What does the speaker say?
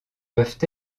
peuvent